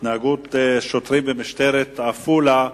התנהגות שוטרים במשטרת עפולה.